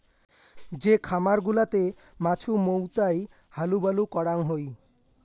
যে খামার গুলাতে মাছুমৌতাই হালুবালু করাং হই